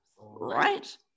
Right